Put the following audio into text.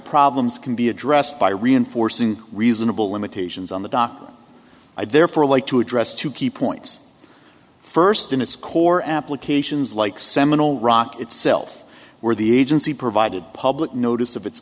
problems can be addressed by reinforcing reasonable limitations on the dock i therefore like to address two key points first in its core applications like seminal rock itself where the agency provided public notice of it